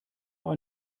auch